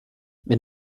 wenn